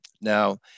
Now